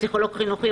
פסיכולוג חינוכי,